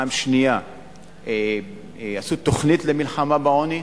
בשלב השני עשו תוכנית למלחמה בעוני,